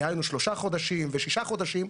דהיינו 3 חודשים ו-6 חודשים,